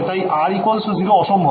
তাই R 0 অসম্ভব